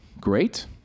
great